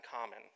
common